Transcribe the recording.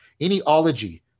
anyology